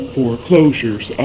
Foreclosures